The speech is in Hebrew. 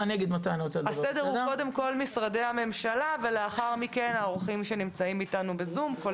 הסדר הוא קודם כל משרדי הממשלה ולאחר מכן האורחים שנמצאים איתנו בזום.